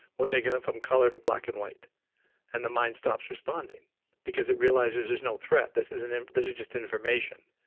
we're taking it from color to black and white and the mind stops responding because it realizes there's no threat, this is and this is just information.